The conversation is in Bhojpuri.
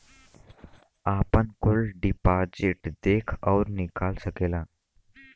आपन कुल डिपाजिट देख अउर निकाल सकेला